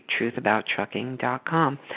truthabouttrucking.com